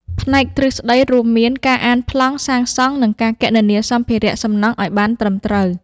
ផ្នែកទ្រឹស្តីរួមមានការអានប្លង់សាងសង់និងការគណនាសម្ភារសំណង់ឱ្យបានត្រឹមត្រូវ។